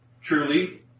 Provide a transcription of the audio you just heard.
truly